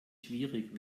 schwierig